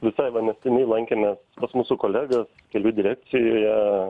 visai va neseniai lankėmės pas mūsų kolegas kelių direkcijoje